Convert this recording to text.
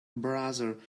brother